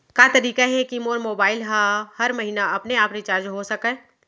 का तरीका हे कि मोर मोबाइल ह हर महीना अपने आप रिचार्ज हो सकय?